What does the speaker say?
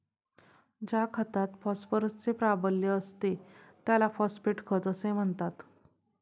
ज्या खतात फॉस्फरसचे प्राबल्य असते त्याला फॉस्फेट खत असे म्हणतात